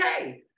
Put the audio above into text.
okay